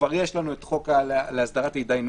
כבר יש לנו את החוק להסדרת התדיינויות.